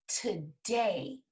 today